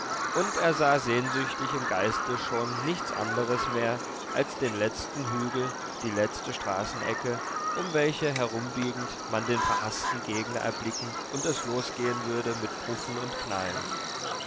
und er sah sehnsüchtig im geiste schon nichts anderes mehr als den letzten hügel die letzte straßenecke um welche herumbiegend man den verhaßten gegner erblicken und es losgehen würde mit puffen und knallen